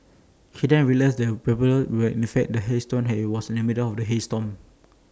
he then realised that the 'pebbles' were in fact hailstones and he was in the middle of A hail storm